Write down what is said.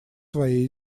своей